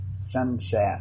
sunset